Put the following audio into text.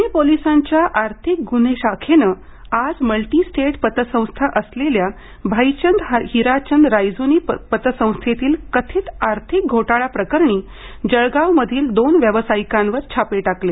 पुणे पोलिसांच्या आर्थिक गुन्हे शाखेनं आज मल्टी स्टेट पतसंस्था असलेल्या भाईचंद हिराचंद रायसोनी पतसंस्थेतील कथित आर्थिक घोटाळा प्रकरणी जळगावमधील दोन व्यावसायिकांवर छापे टाकले